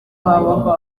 habaho